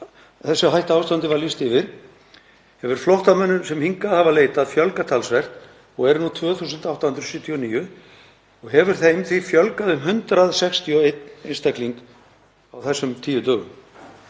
þessu hættuástandi var lýst yfir hefur flóttamönnum sem hingað hafa leitað fjölgað talsvert og eru nú 2.879 og hefur þeim því fjölgað um 161 einstakling á þessum tíu dögum.